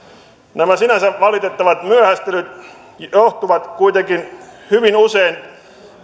nämä sinänsä valitettavat myöhästelyt johtuvat kuitenkin hyvin usein